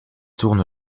tourne